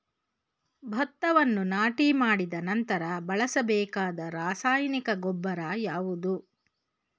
ಭತ್ತವನ್ನು ನಾಟಿ ಮಾಡಿದ ನಂತರ ಬಳಸಬೇಕಾದ ರಾಸಾಯನಿಕ ಗೊಬ್ಬರ ಯಾವುದು?